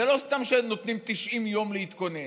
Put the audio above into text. זה לא סתם שנותנים 90 יום להתכונן.